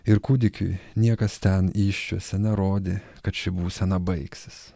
ir kūdikiui niekas ten įsčiose nerodė kad ši būsena baigsis